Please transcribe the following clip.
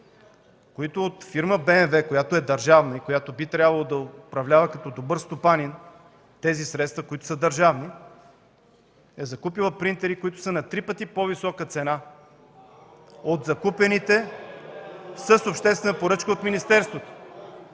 компютри. Фирма БМВ, която е държавна и която би трябвало да управлява като добър стопанин тези средства, които са държавни, е закупила принтери, които са на три пъти по-висока цена от закупените с обществена поръчка от министерството.